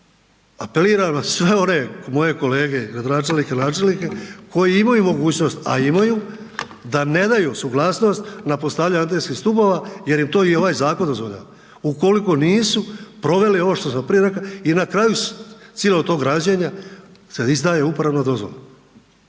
apeliram na sve one moje kolege, gradonačelnike, načelnike koji imaju mogućnost, a imaju, da ne daju suglasnost na postavljanje atenskih stupova jer im to i ovaj zakon dozvoljava. Ukoliko nisu proveli ovo što sam prije rekao i na kraju cilog tog građenja se izdaje uporabna dozvola,